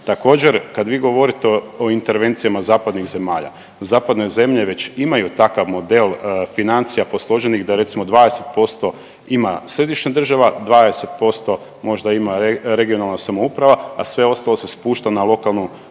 Također, kad vi govorite o intervencijama zapadnih zemalja zapadne zemlje već imaju takav model financija posloženih, da je recimo 20% ima središnja država, 20% možda ima regionalna samouprava, a sve ostalo se spušta na lokalnu